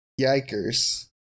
Yikers